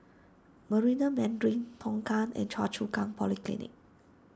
Marina Mandarin Tongkang and Choa Chu Kang Polyclinic